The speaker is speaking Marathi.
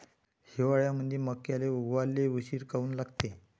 हिवाळ्यामंदी मक्याले उगवाले उशीर काऊन लागते?